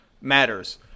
matters